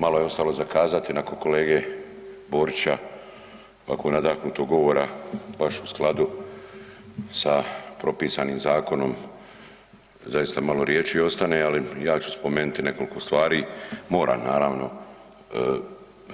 Malo je ostalo za kazati nakon kolege Borića, ovako nadahnut govora baš u skladu sa propisanim zakonom, zaista malo riječi ostane, ali ja ću spomenuti nekoliko stvari, moram naravno,